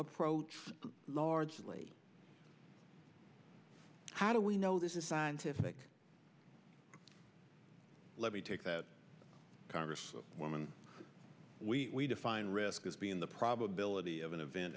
approach largely how do we know this is scientific let me take that congress woman we define risk as being the probability of an event